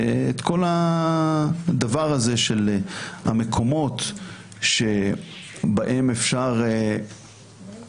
ואת כל הדבר הזה של המקומות שבהם אפשר להסתכל,